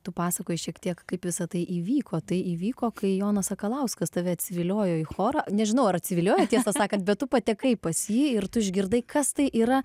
tu pasakojai šiek tiek kaip visa tai įvyko tai įvyko kai jonas sakalauskas tave atsiviliojo į chorą nežinau ar atsiviliojo tiesą sakant bet tu patekai pas jį ir tu išgirdai kas tai yra